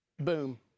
Boom